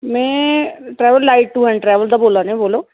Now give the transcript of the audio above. में travel live to travel दा बोला दियां आं बोलो